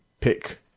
pick